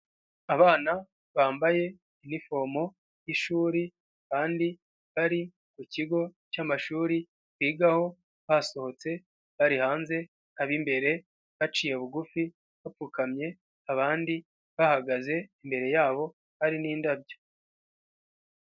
Abana bambaye inifomo y'ishuri kandi bari ku kigo cy'amashuri bigaho, basohotse bari hanze, ab'imbere baciye bugufi bapfukamye abandi bahagaze, imbere yabo hari n'indabyo.